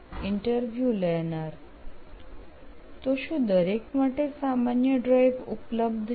interview લેનાર તો શું દરેક માટે સામાન્ય ડ્રાઇવ ઉપલબ્ધ છે